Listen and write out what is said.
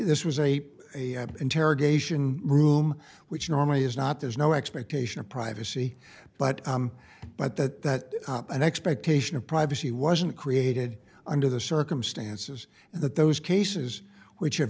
this was a interrogation room which normally is not there's no expectation of privacy but but that an expectation of privacy wasn't created under the circumstances and that those cases which have